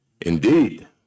Indeed